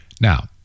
Now